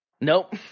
nope